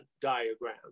diagram